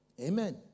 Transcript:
Amen